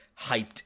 hyped